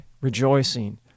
rejoicing